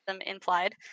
implied